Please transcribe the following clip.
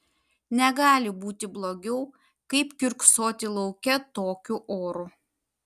negali būti blogiau kaip kiurksoti lauke tokiu oru